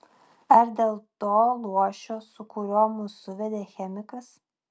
ar dėl to luošio su kuriuo mus suvedė chemikas